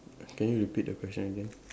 can you repeat the question again